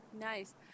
Nice